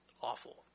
awful